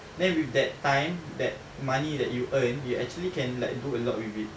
then with that time that money that you earned you actually can like do a lot with it